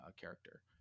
character